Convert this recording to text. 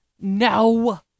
No